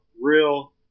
real